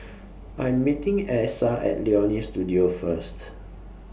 I Am meeting Essa At Leonie Studio First